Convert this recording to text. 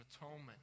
atonement